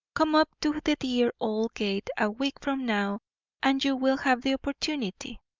come up to the dear old gate a week from now and you will have the opportunity.